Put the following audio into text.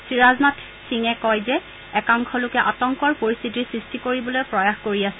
শ্ৰীৰাজনাথ সিঙে কয় যে একাংশ লোকে আতংকৰ পৰিস্থিতিৰ সৃষ্টি কৰিবলৈ প্ৰয়াস কৰি আছে